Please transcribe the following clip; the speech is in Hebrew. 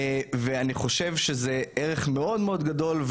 ואני חושב שזה ערך מאוד מאוד גדול.